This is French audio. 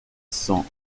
cents